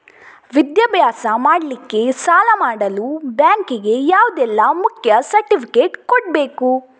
ವಿದ್ಯಾಭ್ಯಾಸ ಮಾಡ್ಲಿಕ್ಕೆ ಸಾಲ ಮಾಡಲು ಬ್ಯಾಂಕ್ ಗೆ ಯಾವುದೆಲ್ಲ ಮುಖ್ಯ ಸರ್ಟಿಫಿಕೇಟ್ ಕೊಡ್ಬೇಕು?